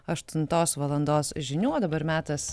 aštuntos valandos žinių o dabar metas